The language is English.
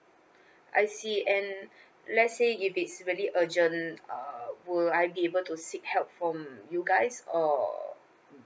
I see and let's say if it's very urgent uh would I be able to seek help from you guys or